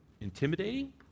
intimidating